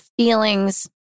feelings